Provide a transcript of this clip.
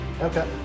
Okay